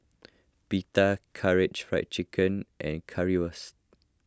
Pita Karaage Fried Chicken and Currywurst